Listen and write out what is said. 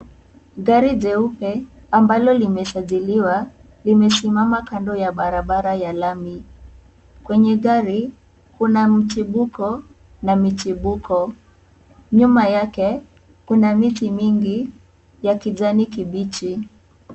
Gari jeupe ambalo limesajiliwa limesimama kando ya barabara ya lami ,kwenye gari kuna mtimbuko na mitimbuko nyuma yake kuna miti mingi ya kijani kibichi.